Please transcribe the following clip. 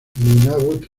nunavut